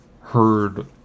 heard